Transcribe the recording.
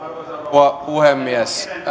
rouva puhemies